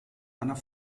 einer